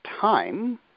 time